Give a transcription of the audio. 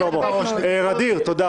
שלמה רגיל --- ע'דיר, תודה.